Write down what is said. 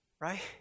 right